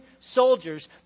soldiers